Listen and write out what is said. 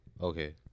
Okay